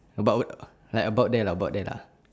about like about there lah about there lah